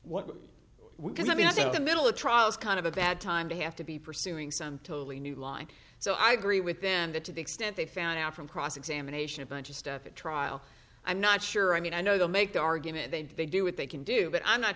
so the middle of trial is kind of a bad time to have to be pursuing some totally new line so i agree with them that to the extent they found out from cross examination a bunch of stuff at trial i'm not sure i mean i know they'll make the argument they do they do what they can do but i'm not